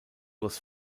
was